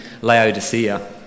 Laodicea